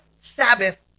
Sabbath